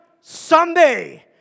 someday